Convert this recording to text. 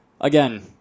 again